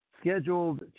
scheduled